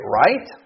right